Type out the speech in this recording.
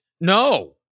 no